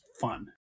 fun